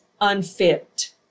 unfit